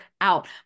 out